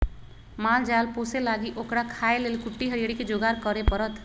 माल जाल पोशे लागी ओकरा खाय् लेल कुट्टी हरियरी कें जोगार करे परत